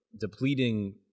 depleting